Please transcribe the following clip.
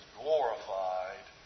glorified